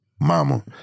Mama